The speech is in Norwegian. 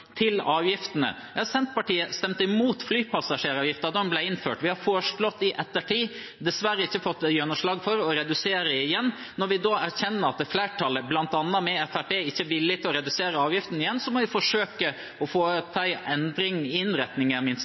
Til avgiftene: Senterpartiet stemte imot flypassasjeravgiften da den ble innført. Vi har foreslått i ettertid – og dessverre ikke fått gjennomslag for – å redusere igjen. Når vi erkjenner at flertallet, bl.a. Fremskrittspartiet, ikke er villig til å redusere avgiften igjen, må vi i det miste forsøke å få til en endring i